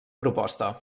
proposta